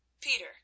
Peter